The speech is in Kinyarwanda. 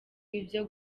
ibyo